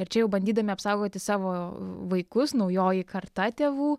ir čia jau bandydami apsaugoti savo vaikus naujoji karta tėvų